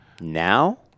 Now